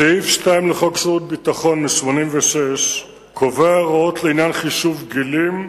סעיף 2 לחוק שירות ביטחון מ-1986 קובע הוראות לעניין חישוב גילים,